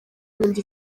nkunda